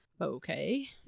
Okay